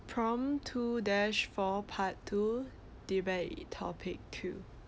prompt two dash four part two debate topic two